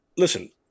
Listen